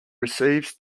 receives